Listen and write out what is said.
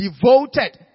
devoted